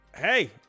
Hey